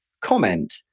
comment